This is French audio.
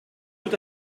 tout